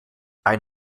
ein